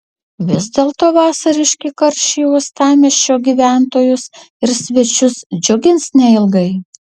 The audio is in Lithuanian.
vis dėlto vasariški karščiai uostamiesčio gyventojus ir svečius džiugins neilgai